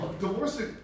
divorcing